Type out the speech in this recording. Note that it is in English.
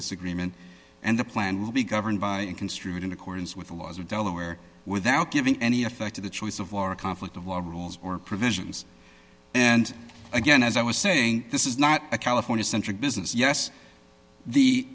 this agreement and the plan will be governed by construe it in accordance with the laws of delaware without giving any effect to the choice of war or conflict of war rules or provisions and again as i was saying this is not a california centric business yes the